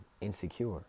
insecure